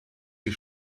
die